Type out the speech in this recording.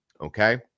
okay